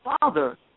father